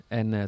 en